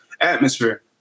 atmosphere